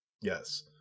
yes